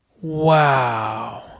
wow